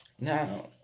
now